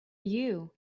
you